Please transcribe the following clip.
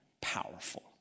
powerful